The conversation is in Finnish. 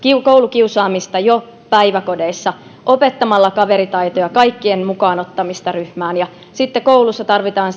koulukiusaamista jo päiväkodeissa opettamalla kaveritaitoja kaikkien mukaan ottamista ryhmään ja sitten koulussa tarvitaan